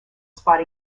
spot